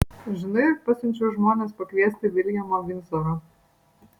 žinai pasiunčiau žmones pakviesti viljamo vindzoro